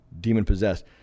demon-possessed